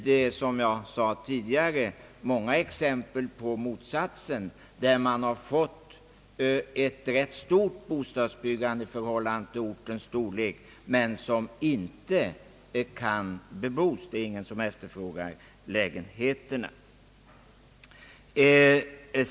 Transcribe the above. Det finns, som jag tidigare sade, många exempel på motsatsen, där man har fått ett stort bostadsbyggande i förhållande till ortens storlek och byggt bostäder som nu står tomma beroende på att det inte finns någon som efterfrågar lägenheterna.